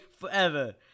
forever